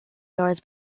doors